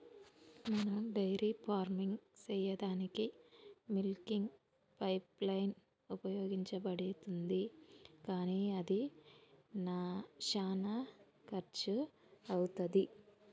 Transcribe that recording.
మనం dairy farming సెయ్యదానికీ milking pipeline ఉపయోగించబడుతుంది కానీ అది శానా కర్శు అవుతది